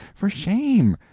for shame!